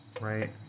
right